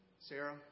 Sarah